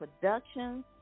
Productions